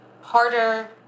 harder